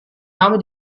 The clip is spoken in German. habe